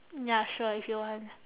ya sure if you want